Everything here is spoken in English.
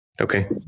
Okay